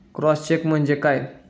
Cross check म्हणजे काय?